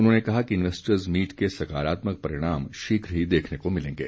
उन्होंने कहा कि इन्वैस्टर्स मीट के सकारात्मक परिणाम शीघ्र ही देखने को मिलेंगे